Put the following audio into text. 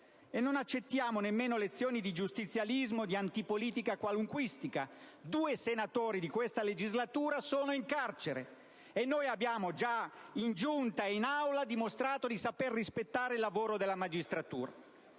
E non accettiamo nemmeno lezioni di giustizialismo, di antipolitica qualunquistica: due senatori di questa legislatura sono in carcere, e noi abbiamo già in Giunta e in Aula dimostrato di saper rispettare il lavoro della magistratura.